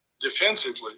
defensively